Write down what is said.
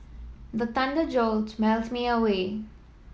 the thunder jolt me awake